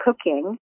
cooking